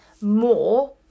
more